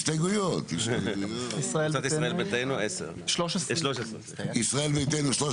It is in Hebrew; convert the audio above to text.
לישראל ביתנו יש כ-13 הסתייגויות.